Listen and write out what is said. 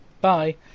bye